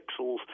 pixels